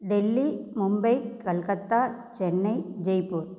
Delhi Mumbai Kolkata Chennai Jaipur